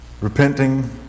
repenting